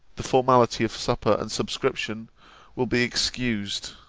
the formality of super and sub-scription will be excused.